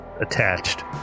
Attached